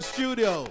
Studio